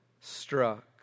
struck